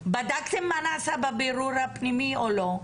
בדקתם מה נעשה בבירור הפנימי או לא?